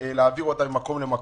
להעביר אותם ממקום למקום.